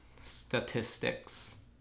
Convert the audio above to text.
statistics